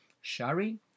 shari